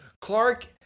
Clark